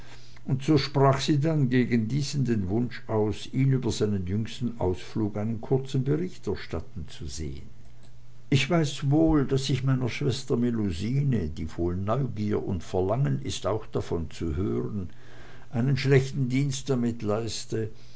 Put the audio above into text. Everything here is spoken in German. und so sprach sie denn gegen diesen den wunsch aus ihn über seinen jüngsten ausflug einen kurzen bericht erstatten zu sehen ich weiß wohl daß ich meiner schwester melusine die voll neugier und verlangen ist auch davon zu hören einen schlechten dienst damit leiste